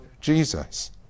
Jesus